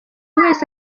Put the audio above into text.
wese